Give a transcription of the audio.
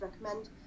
recommend